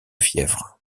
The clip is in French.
fièvre